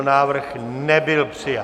Návrh nebyl přijat.